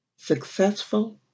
successful